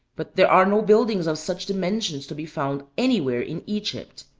but there are no buildings of such dimensions to be found anywhere in egypt.